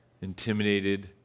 intimidated